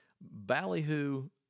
Ballyhoo